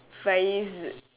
vees